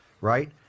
right